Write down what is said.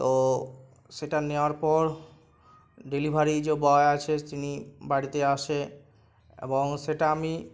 তো সেটা নেওয়ার পর ডেলিভারি যে বয় আছে তিনি বাড়িতে আসে এবং সেটা আমি